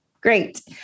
Great